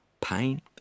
pain